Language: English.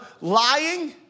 Lying